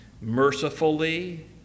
mercifully